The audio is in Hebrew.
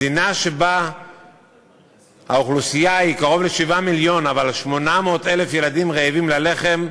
מדינה שבה האוכלוסייה קרובה ל-7 מיליון אבל 800,000 ילדים רעבים ללחם,